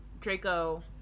Draco